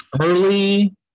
Early